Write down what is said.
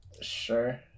Sure